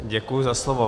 Děkuji za slovo.